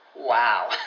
Wow